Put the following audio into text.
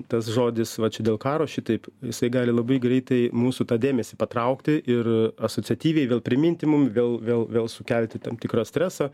tas žodis va čia dėl karo šitaip jisai gali labai greitai mūsų tą dėmesį patraukti ir asociatyviai vėl priminti mum vėl vėl vėl sukelti tam tikrą stresą